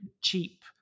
cheap